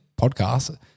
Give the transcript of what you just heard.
podcast